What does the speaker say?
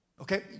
Okay